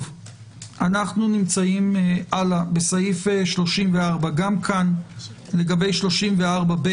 אנו נמצאים בסעיף 34. גם כאן לגבי 34ב